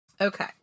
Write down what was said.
Okay